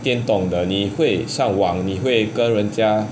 打电动的你会上网你会跟人家